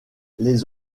les